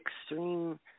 extreme